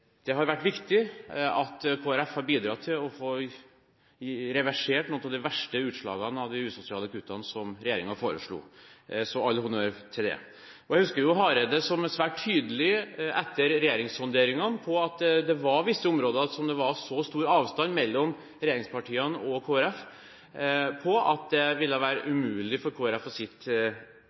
Det har vært viktig at Kristelig Folkeparti har bidratt til å få reversert noen av de verste utslagene av de usosiale kuttene som regjeringen foreslo, så all honnør for det. Jeg husker at Hareide etter regjeringssonderingene var svært tydelig på at det var visse områder hvor det var så stor avstand mellom regjeringspartiene og Kristelig Folkeparti at det ville være umulig for